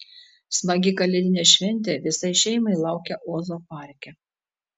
smagi kalėdinė šventė visai šeimai laukia ozo parke